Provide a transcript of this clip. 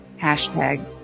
Hashtag